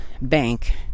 bank